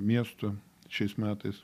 miesto šiais metais